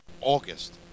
August